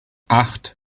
acht